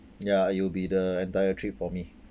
ya it will be the entire trip for me